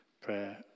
prayer